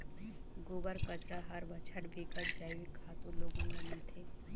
गोबर, कचरा हर बछर बिकट जइविक खातू लोगन ल मिलथे